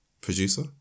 Producer